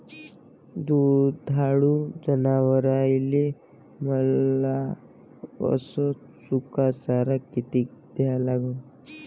दुधाळू जनावराइले वला अस सुका चारा किती द्या लागन?